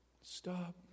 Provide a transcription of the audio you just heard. Stop